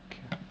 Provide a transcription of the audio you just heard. okay lah